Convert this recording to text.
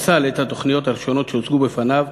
פסל את התוכניות הראשונות שהוצגו בפניו,